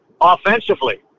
offensively